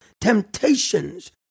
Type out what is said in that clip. temptations